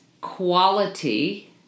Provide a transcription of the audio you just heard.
quality